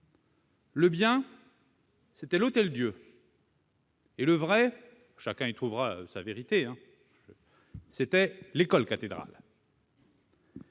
le bien, c'était l'Hôtel-Dieu ; et le vrai- chacun trouvera sa vérité -, c'était l'école cathédrale.